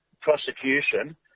prosecution